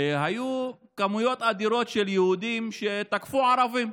היו כמויות אדירות של יהודים שתקפו ערבים,